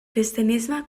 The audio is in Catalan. cristianisme